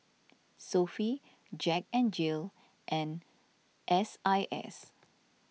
Sofy Jack N Jill and S I S